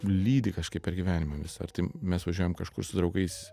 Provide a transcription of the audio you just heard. lydi kažkaip per gyvenimą vis ar tai mes važiuojam kažkur su draugais